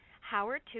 Howard